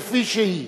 כפי שהיא.